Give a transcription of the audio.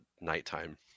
nighttime